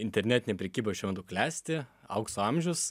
internetinė prekyba šiuo metu klesti aukso amžius